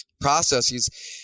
processes